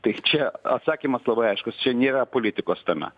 tai čia atsakymas labai aiškus čia nėra politikos tame